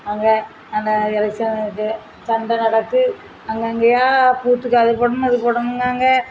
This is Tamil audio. அங்கே அந்த எலெக்ஸனுக்கு சண்டை நடக்குது அங்கங்கேயா பூத்துக்கு அது போடணும் இது போடணுங்கிறாங்க